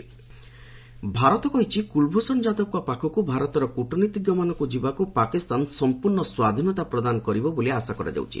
MEA Yadav Pak Bharat କହିଛି କୁଳଭୂଷଣ ଯାଦବଙ୍କ ପାଖକୁ ଭାରତର କୂଟନୀତିଜ୍ଞମାନଙ୍କୁ ଯିବାକୁ ପାକିସ୍ତାନ ସମ୍ପର୍ଣ୍ଣ ସ୍ୱାଧୀନତା ପ୍ରଦାନ କରିବ ବୋଲି ଆଶା କରାଯାଉଛି